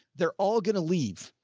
they're all gonna leave.